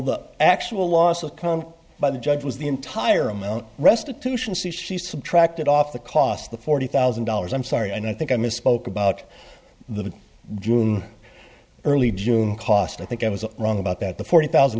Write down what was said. the actual loss of con by the judge was the entire amount restitution c c subtracted off the cost of the forty thousand dollars i'm sorry and i think i misspoke about the june early june cost i think i was wrong about that the forty thousand